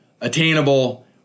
attainable